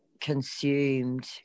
consumed